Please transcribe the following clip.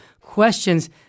questions